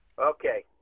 Okay